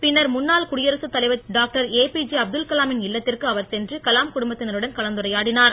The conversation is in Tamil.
பின்னர் முன்னான் குடியரசு தலைவர் டாக்டர் ஏபிஜே அப்துல்கலாமின் இல்லத்திற்கு அவர் சென்று கலாம் குடும்பத்தினருடன் கலந்துரையாடினார்